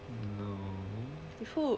no